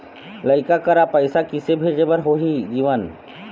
लइका करा पैसा किसे भेजे बार होही जीवन